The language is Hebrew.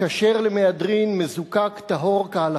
כשר למהדרין, מזוקק, טהור כהלכה.